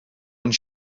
ond